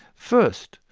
first,